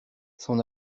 son